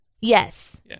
Yes